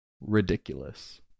ridiculous